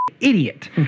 idiot